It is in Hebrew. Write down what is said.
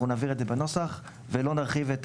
אנחנו נבהיר את זה בנוסח ולא נרחיב את